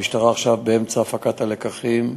המשטרה עכשיו באמצע הפקת הלקחים.